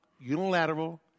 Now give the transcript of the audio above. unilateral